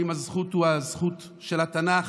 האם הזכות היא הזכות של התנ"ך?